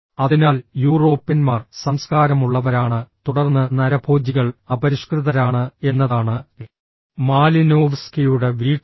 അതിനാൽ യൂറോപ്യന്മാർ സംസ്കാരമുള്ളവരാണ് തുടർന്ന് നരഭോജികൾ അപരിഷ്കൃതരാണ് എന്നതാണ് മാലിനോവ്സ്കിയുടെ വീക്ഷണം